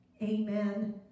amen